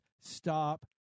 stop